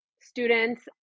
students